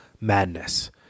madness